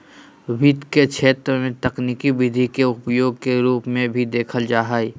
वित्त के क्षेत्र में तकनीकी विधि के उपयोग के रूप में भी देखल जा हइ